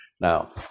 Now